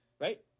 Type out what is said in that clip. Right